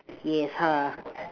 yes